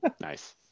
Nice